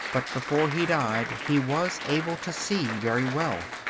but before he died he was able to see very well.